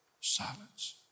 silence